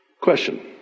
Question